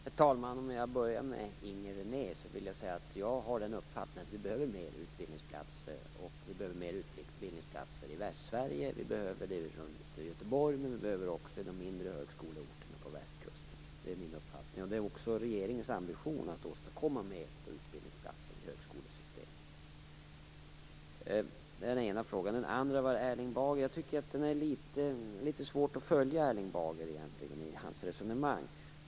Herr talman! Jag börjar med att svara Inger René. Jag har uppfattningen att vi behöver fler utbildningsplatser. Vi behöver fler utbildningsplatser i Västsverige, runt Göteborg men också i de mindre högskoleorterna på västkusten. Det är också regeringens ambition att åstadkomma fler utbildningsplatser i högskolesystemet. Det är litet svårt att följa Erling Bagers resonemang.